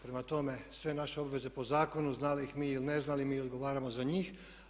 Prema tome, sve naše obveze po zakonu znali ih mi ili ne znali mi odgovaramo za njih.